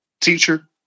teacher